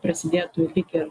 prasidėtų lyg ir